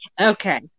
Okay